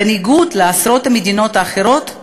בניגוד לעשרות מדינות אחרות,